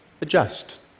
adjust